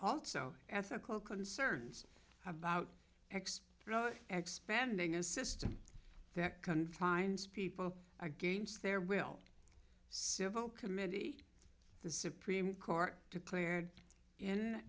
also ethical concerns about ex expending a system that confines people against their will civil committee the supreme court declared in